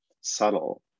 subtle